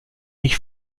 ich